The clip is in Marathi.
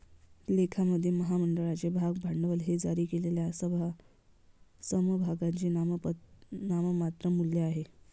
लेखामध्ये, महामंडळाचे भाग भांडवल हे जारी केलेल्या समभागांचे नाममात्र मूल्य आहे